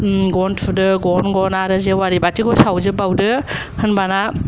गन थुदो गन गन आरो जेवारि बाथिखौ सावजोबबावदो होनबाना